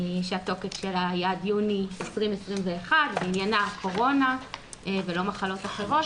התוקף שלו עד יוני 2021 ועניינו הקורונה ולא מחלות אחרות.